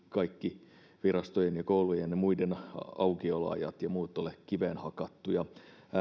kaikki virastojen ja koulujen ynnä muiden aukioloajat ja muut ole kiveen hakattuja